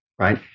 right